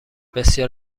بسیار